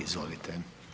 Izvolite.